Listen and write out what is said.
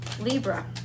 Libra